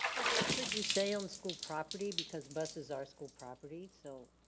yeah but could you say on school property? because buses are school property, so